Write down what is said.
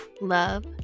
love